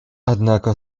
однако